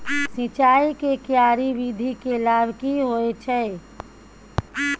सिंचाई के क्यारी विधी के लाभ की होय छै?